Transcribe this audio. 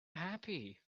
happy